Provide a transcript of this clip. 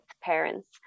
parents